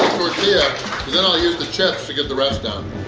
tortilla then i'll use the chips to get the rest down.